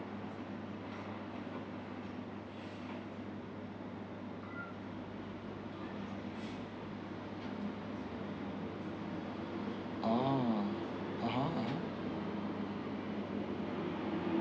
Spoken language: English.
ah a'ah